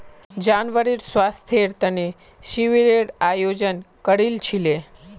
जानवरेर स्वास्थ्येर तने शिविरेर आयोजन करील छिले